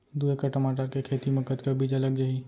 दू एकड़ टमाटर के खेती मा कतका बीजा लग जाही?